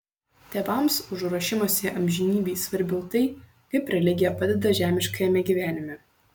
tėvams už ruošimąsi amžinybei svarbiau tai kaip religija padeda žemiškajame gyvenime